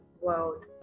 world